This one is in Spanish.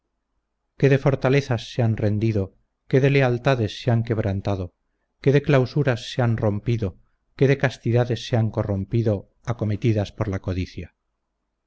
de fortalezas se han rendido qué de lealtades se han quebrantado qué de clausuras se han rompido qué de castidades se han corrompido acometidas por la codicia